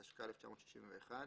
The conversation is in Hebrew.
התשכ״א-1961;'.